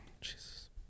Jesus